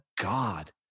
God